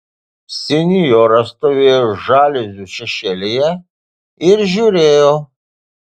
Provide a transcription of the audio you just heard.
sinjora stovėjo žaliuzių šešėlyje ir žiūrėjo